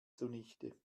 zunichte